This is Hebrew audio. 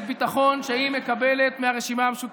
ביטחון שהיא מקבלת מהרשימה המשותפת.